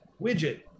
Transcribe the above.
widget